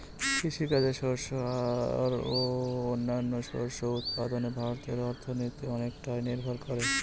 কৃষিকাজে শস্য আর ও অন্যান্য শস্য উৎপাদনে ভারতের অর্থনীতি অনেকটাই নির্ভর করে